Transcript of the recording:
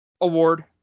award